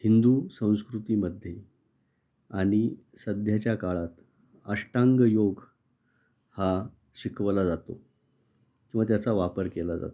हिंदू संस्कृतीमध्ये आणि सध्याच्या काळात अष्टांगयोग हा शिकवला जातो किंवा त्याचा वापर केला जातो